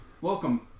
Welcome